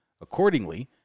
Accordingly